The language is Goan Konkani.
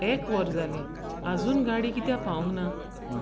एक वर जालें आजून गाडी कित्याक पावूंक ना